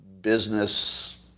business